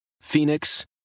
Phoenix